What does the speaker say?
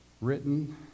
written